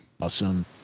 awesome